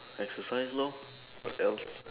exercise lor what else